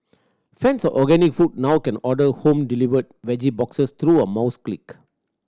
fans of organic food now can order home delivered veggie boxes through a mouse click